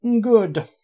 Good